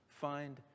find